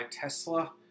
Tesla